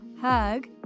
hug